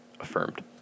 affirmed